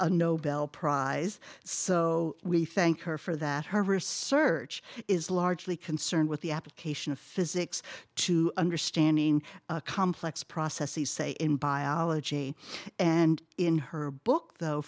nobel prize so we thank her for that her research is largely concerned with the application of physics to understanding complex processes say in biology and in her book though